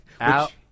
Out